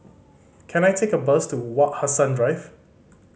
can I take a bus to Wak Hassan Drive